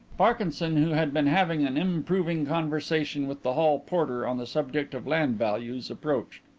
parkinson, who had been having an improving conversation with the hall porter on the subject of land values, approached.